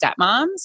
stepmoms